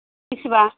बिसिबां